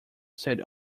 said